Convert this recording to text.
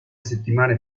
settimane